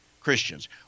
Christians